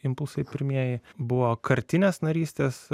impulsai pirmieji buvo kartinės narystės